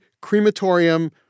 crematorium